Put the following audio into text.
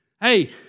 Hey